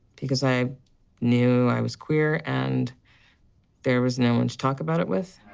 because i knew i was queer, and there was no one to talk about it with.